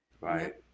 right